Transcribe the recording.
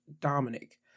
Dominic